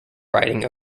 writing